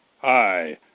Hi